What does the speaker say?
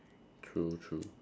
true true